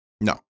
No